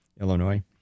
Illinois